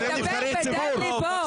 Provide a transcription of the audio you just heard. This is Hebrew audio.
אני בחודש הבא נמצא בצו מילואים,